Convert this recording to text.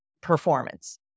performance